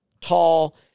tall